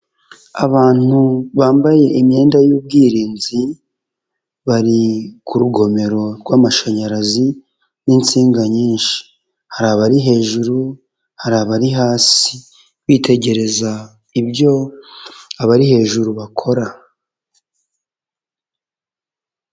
Abantu bambaye imyenda y'ubwirinzi, bari ku rugomero rw'amashanyarazi n'insinga nyinshi, hari abari hejuru, hari abari hasi bitegereza ibyo abari hejuru bakora.